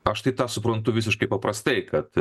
aš tai tą suprantu visiškai paprastai kad